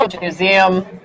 Museum